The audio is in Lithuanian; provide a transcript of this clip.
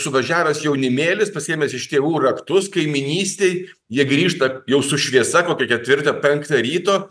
suvažiavęs jaunimėlis pasiėmęs iš tėvų raktus kaimynystėj jie grįžta jau su šviesa kokią ketvirtą penktą ryto